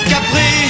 Capri